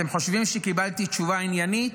אתם חושבים שקיבלתי תשובה עניינית,